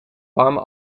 warme